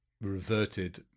reverted